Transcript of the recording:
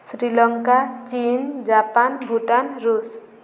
ଶ୍ରୀଲଙ୍କା ଚୀନ ଜାପାନ ଭୁଟାନ ଋଷ